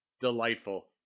delightful